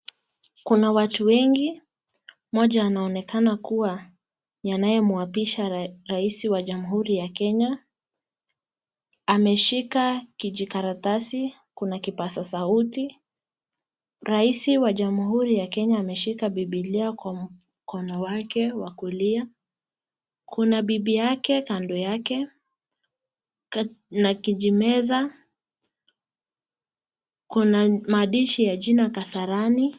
Kuna watu wengi. Mmoja anaonekana kuwa anayemuapisha raisi wa jamhuri ya Kenya. Ameshika kijikaratasi, kuna kipasa sauti. Raisi wa jamhuri ya kenya ameshika bibilia kwa mkono wake wa kulia. Kuna bibi yake kando yake na kijimeza, kuna maandishi ya jina kasarani.